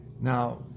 Now